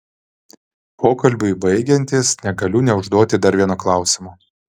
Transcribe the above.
pokalbiui baigiantis negaliu neužduoti dar vieno klausimo